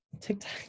TikTok